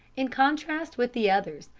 in contrast with the others,